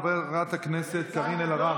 חברת הכנסת קארין אלהרר,